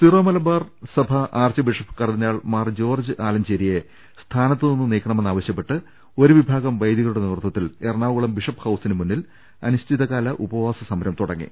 Syro Malabar സഭ archbishop കർദ്ദിനാൾ Mar George ആലഞ്ചേരിയെ സ്ഥാനത്ത് നിന്ന് നീക്കണമെന്നാവശ്യപ്പെട്ട് ഒരു വിഭാഗം വൈദികരുടെ നേതൃത്വത്തിൽ എറണാകുളം ബിഷപ്പ് ഹൌസിനു മുന്നിൽ അനിശ്ചിതകാല ഉപവാസ സമരം തുടങ്ങി